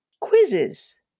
quizzes